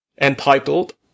entitled